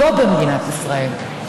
לא במדינת ישראל.